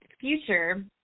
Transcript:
future